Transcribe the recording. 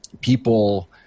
people